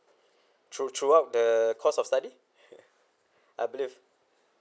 throu~ throughout the course of study I believe